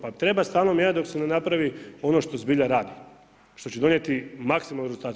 Pa treba stalno mijenjati dok se ne napravi ono što zbilja radi što će donijeti maksimalan rezultat.